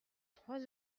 trois